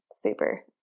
super